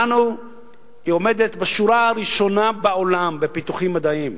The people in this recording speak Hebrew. עומדת בשורה הראשונה בעולם בפיתוחים מדעיים,